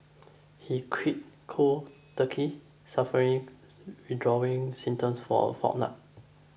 he quit cold turkey suffering withdrawal symptoms for a fortnight